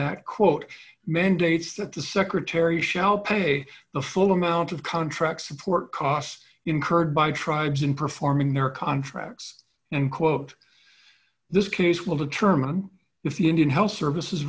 that quote men dates that the secretary shall pay the full amount of contract support costs incurred by tribes in performing their contracts end quote this case will determine if the indian health service